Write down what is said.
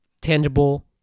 tangible